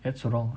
it's wrong